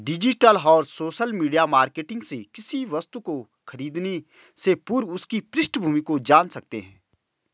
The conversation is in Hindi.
डिजिटल और सोशल मीडिया मार्केटिंग से किसी वस्तु को खरीदने से पूर्व उसकी पृष्ठभूमि को जान सकते है